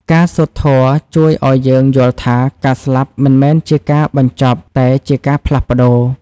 ការសូត្រធម៌ជួយឱ្យយើងយល់ថា ការស្លាប់មិនមែនជាការបញ្ចប់ តែជាការផ្លាស់ប្តូរ។